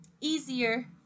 easier